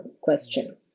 question